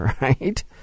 Right